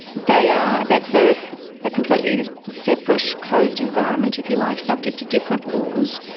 they are, that's a ah completely separate closed environment if you like, subject to different laws.